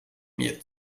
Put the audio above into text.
mir